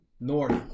North